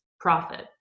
profit